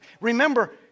Remember